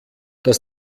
dass